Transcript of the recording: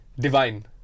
Divine